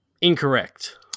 Incorrect